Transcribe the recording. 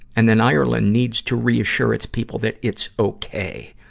and then ireland needs to reassure its people that it's okay.